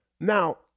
Now